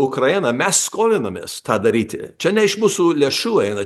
ukrainą mes skolinamės tą daryti čia ne iš mūsų lėšų eina